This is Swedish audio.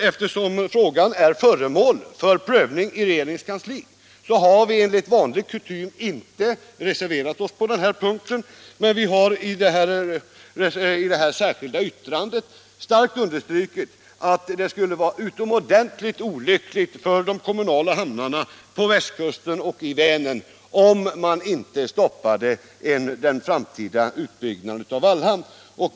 Eftersom frågan således år föremål för prövning i regeringens kansli har vi enligt kutym inte reserverat oss på den punkten, men vi har i det särskilda yttrandet starkt understrukit att det skulle vara utomordentligt olyckligt för de kommunala hamnarna på västkusten och i Vänern, om man inte stoppade den framtida utbyggnaden av Wallhamn.